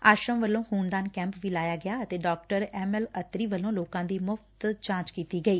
ਆਸ਼ਰਮ ਵੱਲੋਂ ਖੁਨਦਾਨ ਕੈਂਪ ਵੀ ਲਾਇਆ ਗਿਆ ਅਤੇ ਡਾ ਐਮ ਐਲ ਅਤਰੀ ਵੱਲੋਂ ਲੋਕਾਂ ਦੀ ਮੁਫ਼ਤ ਜਾਂਚ ਕੀਤੀ ਗਈ